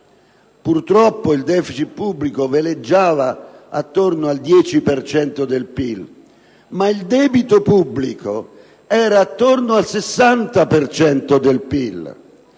purtroppo il deficit pubblico veleggiava attorno al 10 per cento del PIL, ma il debito pubblico era attorno al 60 per